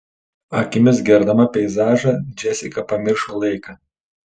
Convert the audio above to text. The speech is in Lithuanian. akimis gerdama peizažą džesika pamiršo laiką